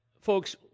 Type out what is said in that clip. Folks